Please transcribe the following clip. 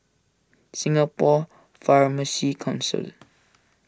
Singapore Pharmacy Council